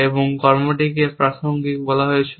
এবং কর্মটিকে প্রাসঙ্গিক বলা হয়েছিল